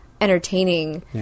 entertaining